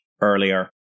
earlier